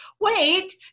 wait